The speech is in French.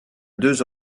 deux